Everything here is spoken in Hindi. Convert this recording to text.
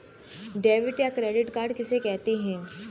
डेबिट या क्रेडिट कार्ड किसे कहते हैं?